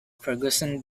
ferguson